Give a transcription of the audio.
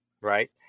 right